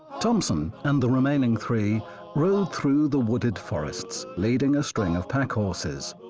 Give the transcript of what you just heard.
thompson and the remaining three rode through the wooded forests, leading a string of packhorses.